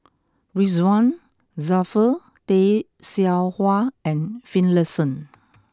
Ridzwan Dzafir Tay Seow Huah and Finlayson